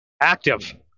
active